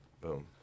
Boom